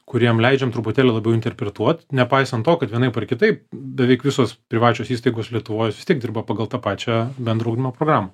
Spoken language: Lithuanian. kuriem leidžiam truputėlį labiau interpretuot nepaisant to kad vienaip ar kitaip beveik visos privačios įstaigos lietuvoj jos vis tiek dirba pagal tą pačią bendro ugdymo programą